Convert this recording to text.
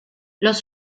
los